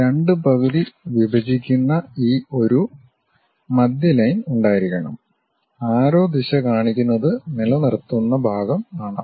രണ്ടു പകുതി വിഭജിക്കുന്ന ഒരു മധ്യ ലൈൻ ഉണ്ടായിരിക്കണം ആരോ ദിശ കാണിക്കുന്നത് നിലനിർത്തുന്ന ഭാഗം ആണ്